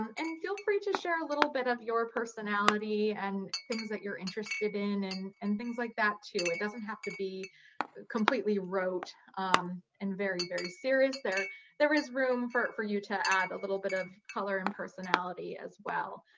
and feel free to share a little bit of your personality and things that you're interested in and and things like that too. it doesn't have to be completely wrote um and very, very serious. there there is room for you to add a little bit of color and personality as well.